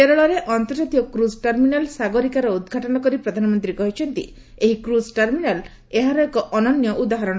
କେରଳରେ ଅନ୍ତର୍ଜାତୀୟ cruise terminal 'ସାଗରିକା'ର ଉଦ୍ଘାଟନ କରି ପ୍ରଧାନମନ୍ତ୍ରୀ କହିଛନ୍ତି ଏହି କ୍ରକ୍ ଟର୍ମିନାଲ୍ ଏହାର ଏକ ଅନନ୍ୟ ଉଦାହରଣ